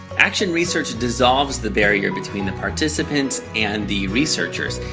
action research dissolves the barrier between the participants and the researchers.